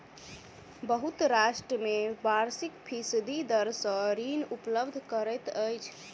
बहुत राष्ट्र में वार्षिक फीसदी दर सॅ ऋण उपलब्ध करैत अछि